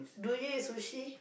do you eat sushi